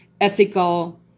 ethical